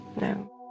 no